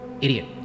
Idiot